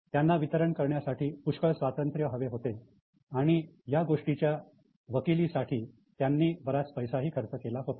त्यांना वितरण करण्यासाठी पुष्कळ स्वातंत्र्य हवे होते आणि या गोष्टीच्या वकिली साठी त्यांनी बराच पैसाही खर्च केला होता